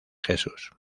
jesús